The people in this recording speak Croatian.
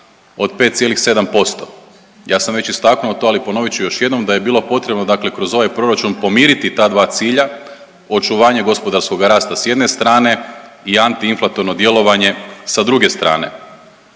od 5,7% Ja sam već istaknuo to, ali ponovit ću još jednom da je bilo potrebno dakle kroz ovaj proračun pomiriti ta dva cilja, očuvanje gospodarskoga rasta s jedne strane i antiinflatorno djelovanje sa druge strane.